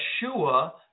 Yeshua